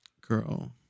girl